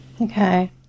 okay